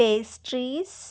pastries